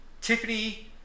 Tiffany